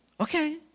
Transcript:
Okay